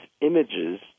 images